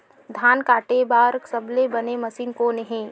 धान काटे बार सबले बने मशीन कोन हे?